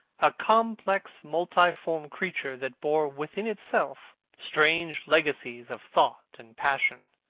a complex multiform creature that bore within itself strange legacies of thought and passion,